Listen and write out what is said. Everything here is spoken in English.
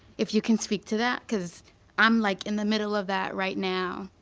if you can speak to that, cause i'm like in the middle of that right now.